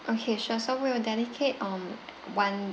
okay sure so we'll dedicate um one